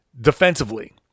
defensively